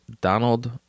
Donald